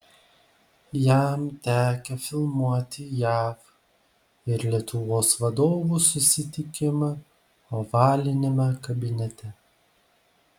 jam tekę filmuoti jav ir lietuvos vadovų susitikimą ovaliniame kabinete